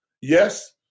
Yes